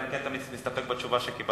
אלא אם כן אתה מסתפק בתשובה שקיבלת.